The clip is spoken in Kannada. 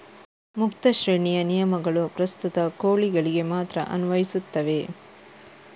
ಮುಕ್ತ ಶ್ರೇಣಿಯ ನಿಯಮಗಳು ಪ್ರಸ್ತುತ ಕೋಳಿಗಳಿಗೆ ಮಾತ್ರ ಅನ್ವಯಿಸುತ್ತವೆ